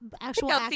actual